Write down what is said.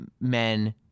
men